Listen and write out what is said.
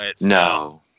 No